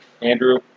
Andrew